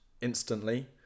instantly